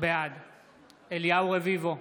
בעד אליהו רביבו,